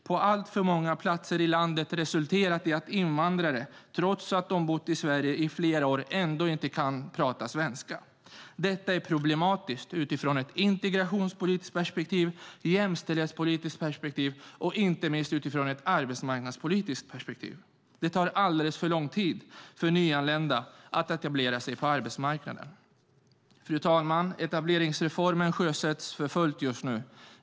På alltför många platser i landet har det inneburit att invandrare inte kan prata svenska trots sfi och trots att de bott i Sverige i flera år. Detta är problematiskt utifrån ett integrations och jämställdhetspolitiskt perspektiv, och inte minst utifrån ett arbetsmarknadspolitiskt perspektiv. Det tar alldeles för lång tid för nyanlända att etablera sig på arbetsmarknaden. Etableringsreformen sjösätts för fullt just nu.